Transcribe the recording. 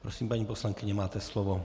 Prosím, paní poslankyně, máte slovo.